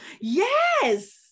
yes